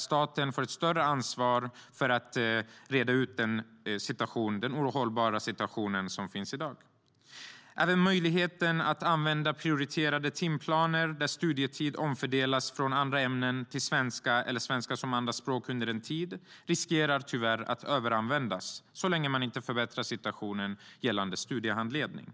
Staten får då ett större ansvar för att reda ut den ohållbara situation som finns i dag. Även möjligheten att använda prioriterade timplaner där studietid omfördelas från andra ämnen till svenska eller svenska som andra språk under en tid riskerar tyvärr att överanvändas så länge man inte förbättrar situationen gällande studiehandledning.